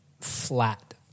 flat –